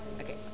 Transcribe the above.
Okay